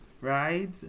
right